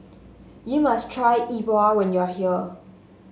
you must try Yi Bua when you are here